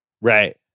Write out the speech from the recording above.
Right